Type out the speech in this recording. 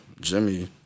Jimmy